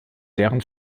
deren